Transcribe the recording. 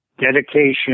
dedication